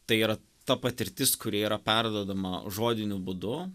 tai yra ta patirtis kuri yra perduodama žodiniu būdu